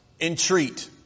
entreat